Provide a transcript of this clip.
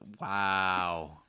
wow